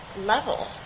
level